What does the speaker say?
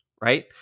right